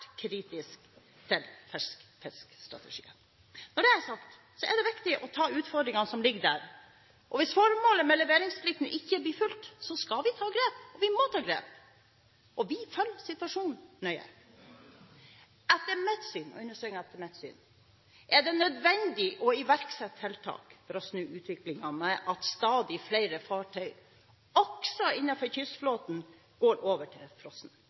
kritisk til ferskfiskstrategier. Når det er sagt, er det viktig å ta utfordringen som ligger der. Hvis formålet med leveringsplikten ikke blir fulgt, skal vi ta grep. Vi må ta grep. Vi følger situasjonen nøye. Etter mitt syn – jeg understreker, etter mitt syn – er det nødvendig å iverksette tiltak for å snu utviklingen med at stadig flere fartøy, også innenfor kystflåten, går over til